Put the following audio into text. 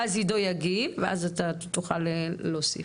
ואז עידו יגיב ואז תוכל להוסיף.